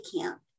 camp